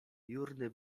jurny